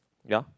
ya